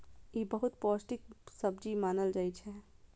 ई बहुत पौष्टिक सब्जी मानल जाइ छै